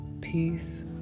peace